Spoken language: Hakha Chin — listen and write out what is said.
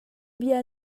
bia